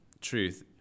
truth